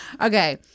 Okay